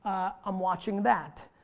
i'm watching that.